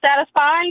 satisfied